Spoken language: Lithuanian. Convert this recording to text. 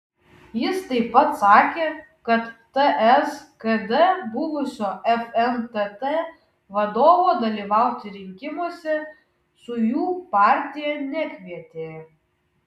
jis taip pat sakė kad ts kd buvusio fntt vadovo dalyvauti rinkimuose su jų partija nekvietė